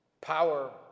power